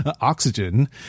Oxygen